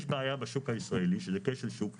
יש בעיה בשוק הישראלי שזה כשל שוק,